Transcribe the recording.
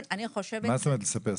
מה זאת אומרת לספר?